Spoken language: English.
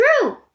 true